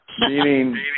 Meaning